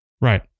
Right